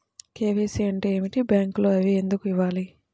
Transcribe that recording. KYC అంటే ఏమిటి? బ్యాంకులో అవి ఎందుకు ఇవ్వాలి?